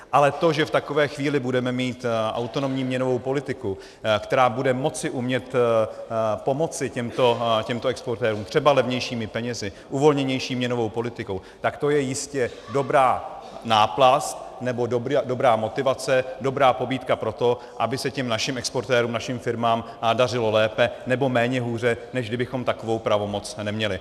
Ale to, že v takové chvíli budeme mít autonomní měnovou politiku, která bude moci umět pomoci těmto exportérům třeba levnějšími penězi, uvolněnější měnovou politikou, tak to je jistě dobrá náplast nebo dobrá motivace, dobrá pobídka pro to, aby se těm našim exportérům, našim firmám dařilo lépe, nebo méně hůře, než kdybychom takovou pravomoc neměli.